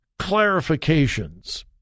clarifications